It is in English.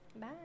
Bye